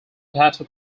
potato